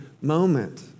moment